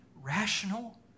rational